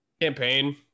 campaign